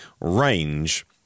range